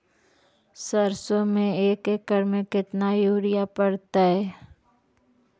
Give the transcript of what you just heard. सरसों में एक एकड़ मे केतना युरिया पड़तै?